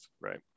Right